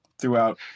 throughout